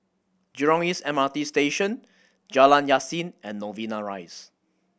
Jurong East M R T Station Jalan Yasin and Novena Rise